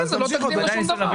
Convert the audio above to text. לכן זה לא תקדים לשום דבר.